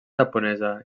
japonesa